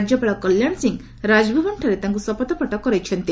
ରାଜ୍ୟପାଳ କଲ୍ୟାଶ ସିଂ ରାଜଭବନଠାରେ ତାଙ୍କୁ ଶପଥପାଠ କରାଯାଇଛି